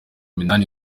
minani